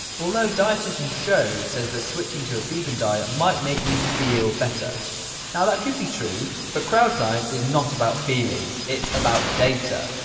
although dietitian jo says that switching to a vegan diet might make me feel better now, that could be true. but crowdscience is not about feelings it's about data.